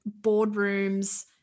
boardrooms